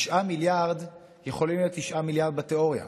9 מיליארד יכולים להיות 9 מיליארד בתיאוריה,